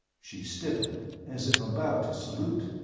she stiffened as if about to salute.